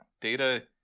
data